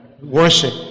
worship